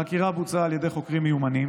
החקירה בוצעה על ידי חוקרים מיומנים